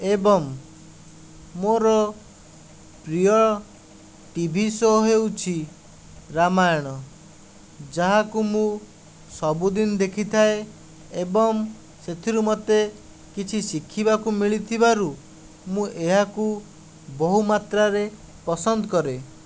ଏବଂ ମୋର ପ୍ରିୟ ଟିଭି ସୋ ହେଉଛି ରାମାୟଣ ଯାହାକୁ ମୁଁ ସବୁଦିନ ଦେଖିଥାଏ ଏବଂ ସେଥିରୁ ମୋତେ କିଛି ଶିଖିବାକୁ ମିଳିଥିବାରୁ ମୁଁ ଏହାକୁ ବହୁ ମାତ୍ରାରେ ପସନ୍ଦ କରେ